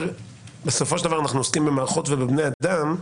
בסופו של דבר אנחנו עוסקים במערכות ובבני אדם.